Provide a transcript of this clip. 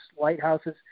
lighthouses